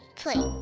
play